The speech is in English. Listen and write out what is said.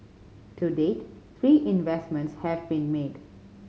to date three investments have been made